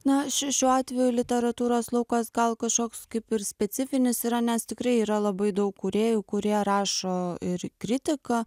na š šiuo atveju literatūros laukas gal kašoks kaip ir specifinis yra nes tikrai yra labai daug kūrėjų kurie rašo ir kritiką